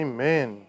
Amen